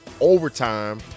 overtime